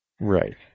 Right